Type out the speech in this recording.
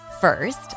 First